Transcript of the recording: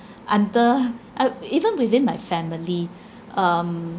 under uh even within my family um